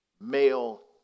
Male